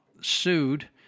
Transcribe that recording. sued